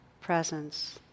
presence